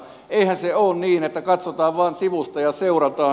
eihän se ole niin että katsotaan vain sivusta ja seurataan